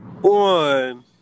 one